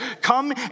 come